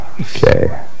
Okay